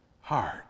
heart